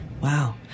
Wow